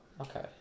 Okay